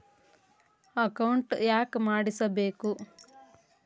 Account ಯಾಕ್ ಮಾಡಿಸಬೇಕು?